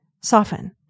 soften